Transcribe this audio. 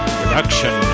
Production